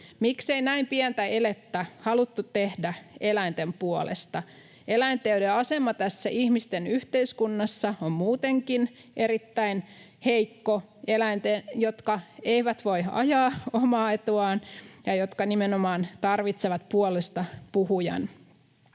Miksei näin pientä elettä haluttu tehdä eläinten puolesta, eläinten, joiden asema tässä ihmisten yhteiskunnassa on muutenkin erittäin heikko, eläinten, jotka eivät voi ajaa omaa etuaan ja jotka nimenomaan tarvitsevat puolestapuhujan?